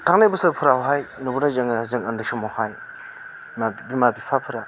थांनाय बोसोरफ्रावहाय नुबोदों जोङो जों उन्दै समावहाय माब बिमा फिफाफोरा